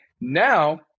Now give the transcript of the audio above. now